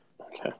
Okay